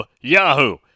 Yahoo